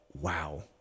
wow